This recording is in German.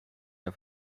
der